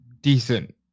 decent